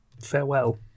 farewell